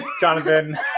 Jonathan